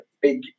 big